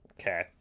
Okay